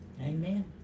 Amen